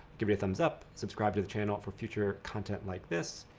give me a thumbs up. subscribe to the channel for future content like this.